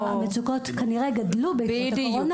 המצוקות כנראה גדלו בעקבות הקורונה,